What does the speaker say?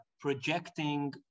projecting